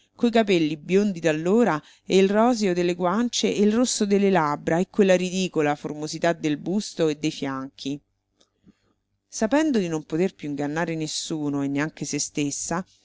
coi capelli biondi d'allora e il roseo delle guance e il rosso delle labbra e quella ridicola formosità del busto e dei fianchi sapendo di non poter più ingannare nessuno e neanche se stessa